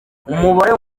umubare